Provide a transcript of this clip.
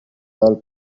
all